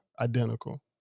identical